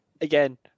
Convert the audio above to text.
again